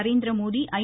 Narendra Modi ஐ